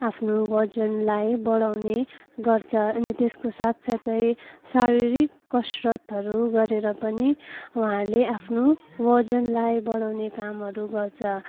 आफ्नो ओजनलाई बढाउने गर्छ अनि त्यसको साथसाथै शारीरिक कसरतहरू गरेर पनि उहाँहरूले आफ्नो ओजनलाई बढाउने कामहरू गर्छ